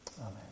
Amen